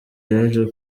yaje